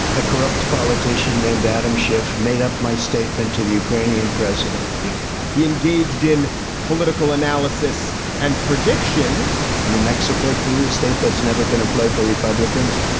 a corrupt politician named adam schiff made up my statement to the ukrainian president he he engaged in political analysis and prediction new mexico, to a state that's never been in play for republicans,